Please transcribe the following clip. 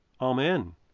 Amen